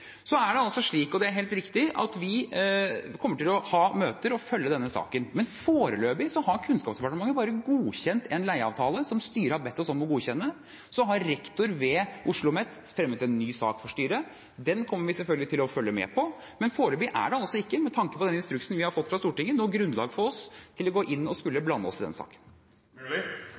Det er helt riktig at vi kommer til å ha møter og følge denne saken, men foreløpig har Kunnskapsdepartementet bare godkjent en leieavtale som styret har bedt oss om å godkjenne. Så har rektor ved OsloMet fremmet en ny sak for styret. Den kommer vi selvfølgelig til å følge med på, men foreløpig er det altså ikke, med tanke på den instruksen vi har fått fra Stortinget, noe grunnlag for oss for å skulle gå inn og blande oss i den